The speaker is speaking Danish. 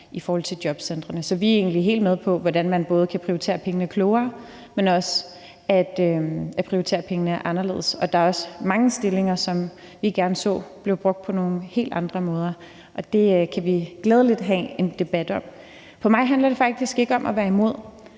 i forbindelse med jobcentrene. Så vi er egentlig helt med på, hvordan man både kan prioritere pengene klogere, men også prioritere pengene anderledes. Der er også mange stillinger, som vi gerne så blev brugt på nogle helt andre måder, og det kan vi glædeligt have en debat om. For mig handler det faktisk ikke om at være imod.